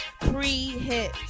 pre-hit